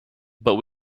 but